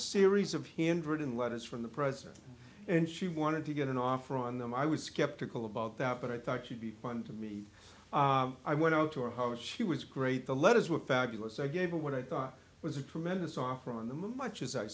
series of handwritten letters from the president and she wanted to get an offer on them i was skeptical about that but i thought she'd be fun to meet i went out to her house she was great the letters were fabulous i gave her what i thought was a tremendous offer on the moon much as i